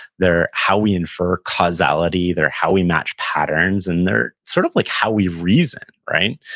they're how we infer causality. they're how we match patterns, and they're sort of like how we reason, right?